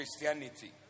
Christianity